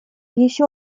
еще